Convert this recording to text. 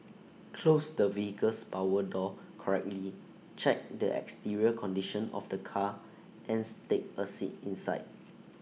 close the vehicle's power door correctly check the exterior condition of the car ans take A seat inside